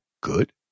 good